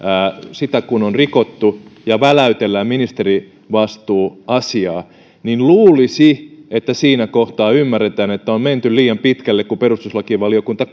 on rikottu ja väläytellään ministerivastuuasiaa niin luulisi että siinä kohtaa ymmärretään että on menty liian pitkälle kun perustuslakivaliokunta